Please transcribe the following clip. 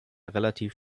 relativ